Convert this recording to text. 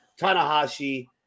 Tanahashi